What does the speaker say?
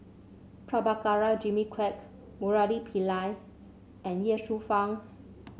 Prabhakara Jimmy Quek Murali Pillai and Ye Shufang